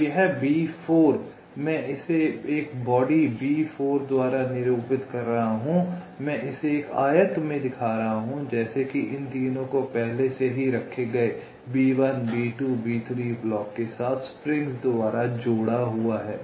तो यह B4 मैं इसे एक बॉडी B4 द्वारा निरूपित कर रहा हूं मैं इसे एक आयत में दिखा रहा हूं जैसे कि इन तीनों को पहले से ही रखे गए B1 B2 B3 ब्लॉक के साथ स्प्रिंग्स द्वारा जोड़ा हुआ है